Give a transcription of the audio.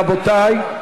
רבותי.